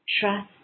trust